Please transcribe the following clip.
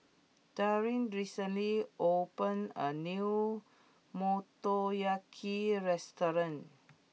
Daryn recently opened a new Motoyaki restaurant